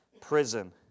prison